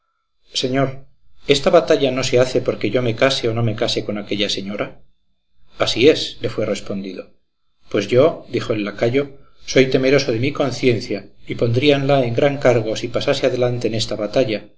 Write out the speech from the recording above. señor esta batalla no se hace porque yo me case o no me case con aquella señora así es le fue respondido pues yo dijo el lacayo soy temeroso de mi conciencia y pondríala en gran cargo si pasase adelante en esta batalla